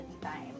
time